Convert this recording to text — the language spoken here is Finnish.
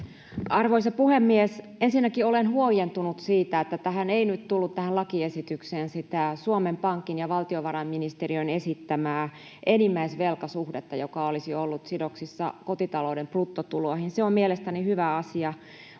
Arvoisa puhemies! Ensinnäkin olen huojentunut siitä, että tähän lakiesitykseen ei nyt tullut sitä Suomen Pankin ja valtiovarainministeriön esittämää enimmäisvelkasuhdetta, joka olisi ollut sidoksissa kotitalouden bruttotuloihin — se on mielestäni hyvä asia